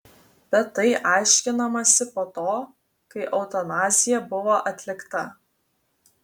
bet tai aiškinamasi po to kai eutanazija buvo atlikta